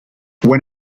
when